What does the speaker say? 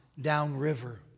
downriver